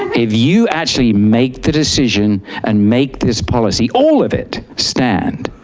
if you actually make the decision and make this policy, all of it stand.